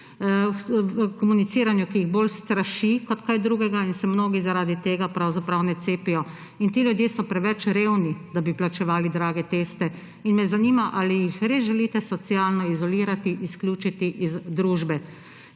komuniciranju, ki jih bolj straši kot kaj drugega, in se mnogi zaradi tega pravzaprav ne cepijo. In ti ljudje so preveč revni, da bi plačevali drage teste. Zanima me: Ali jih res želite socialno izolirati, izključiti iz družbe?